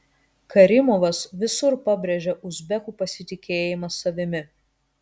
karimovas visur pabrėžia uzbekų pasitikėjimą savimi